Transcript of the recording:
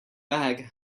bag